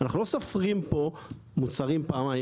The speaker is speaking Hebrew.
אנחנו לא סופרים פה מוצרים פעמיים,